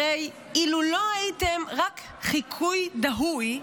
הרי אילו לא הייתם רק חיקוי דהוי,